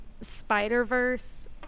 Spider-Verse